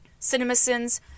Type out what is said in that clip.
CinemaSins